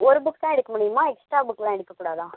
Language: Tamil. ஒரு புக்ஸ் தான் எடுக்க முடியுமா எக்ஸ்ட்ரா புக்லாம் எடுக்க கூடாது